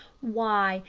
why,